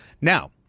Now